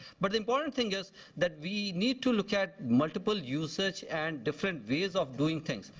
but the important thing is that we need to look at multiple uses and different ways of doing things.